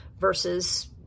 versus